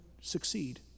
succeed